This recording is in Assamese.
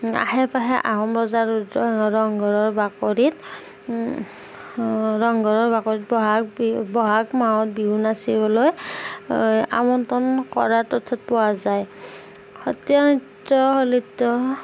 আশে পাশে আহোম ৰজা ৰুদ্ৰসিংহৰ ৰংঘৰৰ বাকৰিত ৰংঘৰৰ বাকৰিত ব'হাগ বিহু ব'হাগ মাহত বিহু নাচিবলৈ আমন্ত্ৰণ কৰা তথ্যত পোৱা যায় সত্ৰীয়া নৃত্য হ'ল